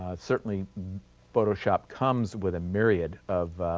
certainly photoshop comes with a myriad of